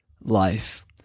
life